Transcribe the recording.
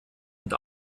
und